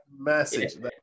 message